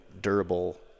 durable